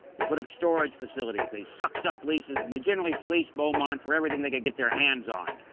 they put up storage facilities, they sucked up leases and they generally fleeced beaumont for everything they could get their hands on.